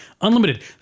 Unlimited